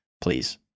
please